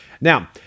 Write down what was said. Now